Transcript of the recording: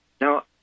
Now